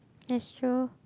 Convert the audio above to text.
that's true